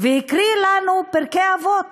והקריא לנו פרקי אבות,